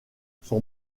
son